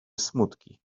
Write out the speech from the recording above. smutki